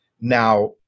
Now